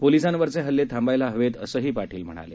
पोलिसांवरचे हल्ले थांबायला हवेत असंही पाटील म्हणाले